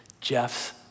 Jeff's